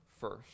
first